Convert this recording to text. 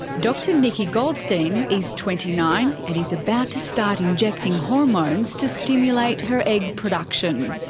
dr nikki goldstein is twenty nine, and is about to start injecting hormones to stimulate her egg production.